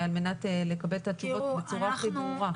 על מנת לקבל את התשובות בצורה הכי ברורה.